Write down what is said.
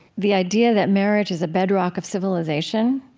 the idea that marriage is a bedrock of civilization,